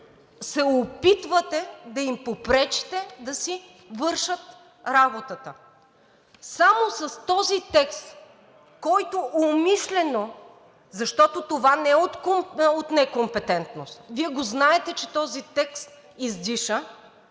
се опитвате да им попречите да си вършат работата. Само с този текст, който умишлено, защото това не е от некомпетентност, Вие го знаете, че този текст издиша,